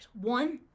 One